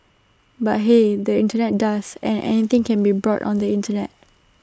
but the Internet does and anything can be bought on the Internet